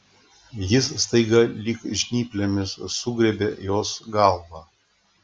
jis staiga lyg žnyplėmis sugriebė jos galvą